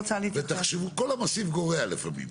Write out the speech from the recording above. ותחשבו, כל המוסיף גורע לפעמים.